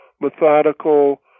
methodical